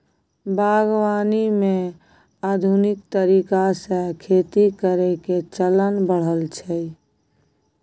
बागवानी मे आधुनिक तरीका से खेती करइ के चलन बढ़ल छइ